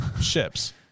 ships